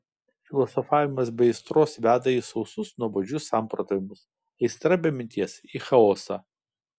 filosofavimas be aistros veda į sausus nuobodžius samprotavimus aistra be minties į chaosą